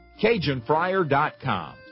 CajunFryer.com